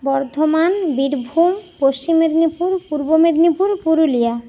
Bardhaman Birbhum Paschim Medinipur Purba Medinipur Purulia